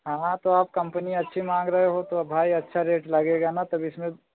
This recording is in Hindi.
हाँ तो आप कम्पनी अच्छी माँग रहे हो तो भाई अच्छा रेट लगेगा ना तब इसमें